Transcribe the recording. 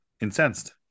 incensed